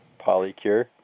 Polycure